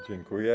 Dziękuję.